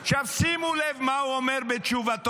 שימו לב מה הוא אומר בתשובתו.